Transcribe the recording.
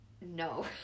No